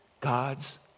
God's